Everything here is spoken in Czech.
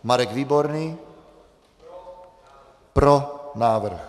Marek Výborný: Pro návrh.